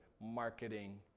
marketing